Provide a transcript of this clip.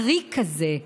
הריק הזה,